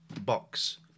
Box